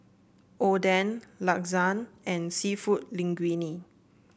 Oden Lasagne and seafood Linguine